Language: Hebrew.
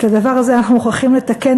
את הדבר הזה אנחנו מוכרחים לתקן,